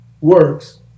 works